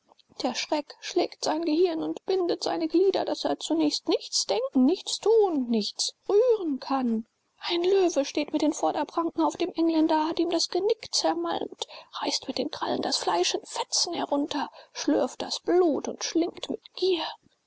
der schreck schlägt sein gehirn und bindet seine glieder daß er zunächst nichts denken nichts tun nichts rühren kann ein löwe steht mit den vorderpranken auf dem engländer hat ihm das genick zermalmt reißt mit den krallen das fleisch in fetzen herunter schlürft das blut und schlingt mit gier